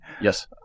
Yes